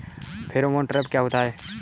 Pheromone trap क्या होता है?